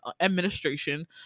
administration